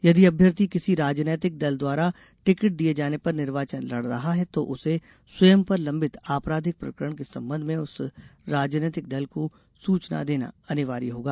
यदि अभ्यर्थी किसी राजनैतिक दल द्वारा टिकिट दिये जाने पर निर्वाचन लड़ रहा है तो उसे स्वयं पर लंबित अपराधिक प्रकरण के संबंध में उस राजनैतिक दल को सूचना देना अनिवार्य होगा